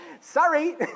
sorry